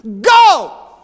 Go